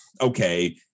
okay